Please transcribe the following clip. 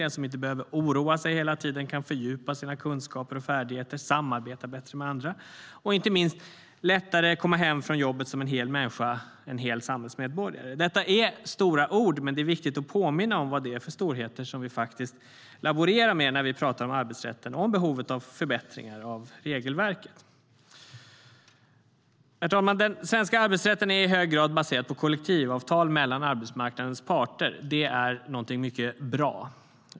Den som inte behöver oroa sig hela tiden kan fördjupa sina kunskaper och färdigheter, samarbeta bättre med andra och inte minst lättare komma hem från jobbet som en hel människa och samhällsmedborgare. Herr talman! Den svenska arbetsrätten är i hög grad baserad på kollektivavtal mellan arbetsmarknadens parter. Det är någonting mycket bra.